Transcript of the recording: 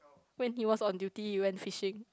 when he was on duty he went fishing